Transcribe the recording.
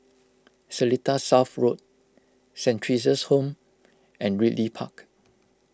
Seletar South Road Saint theresa's Home and Ridley Park